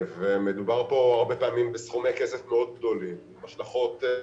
מדובר כאן הרבה פעמים בסכומי כסף מאוד גדולים עם השלכות.